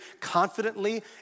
confidently